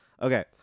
Okay